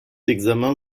d’examen